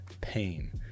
pain